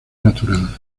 natural